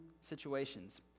situations